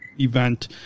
Event